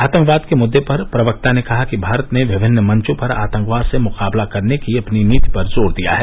आतंकवाद के मुद्दे पर प्रवक्ता ने कहा कि भारत ने विभिन्न मंचों पर आतंकवाद से मुकाबला करने की अपनी नीति पर जोर दिया है